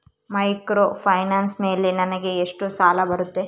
Microfinance ಮೇಲೆ ನನಗೆ ಎಷ್ಟು ಸಾಲ ಬರುತ್ತೆ?